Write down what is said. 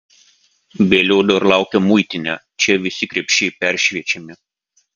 vėliau dar laukia muitinė čia visi krepšiai peršviečiami